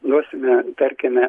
duosime tarkime